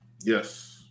Yes